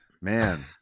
man